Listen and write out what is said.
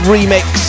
Remix